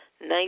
nice